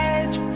Edge